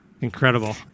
Incredible